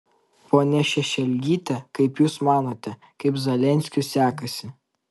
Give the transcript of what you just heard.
ponia šešelgyte kaip jūs manote kaip zelenskiui sekasi